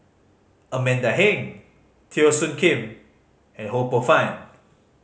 Amanda Heng Teo Soon Kim and Ho Poh Fun